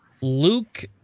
Luke